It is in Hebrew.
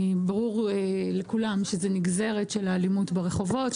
ברור לכולם שזה נגזרת של האלימות ברחובות,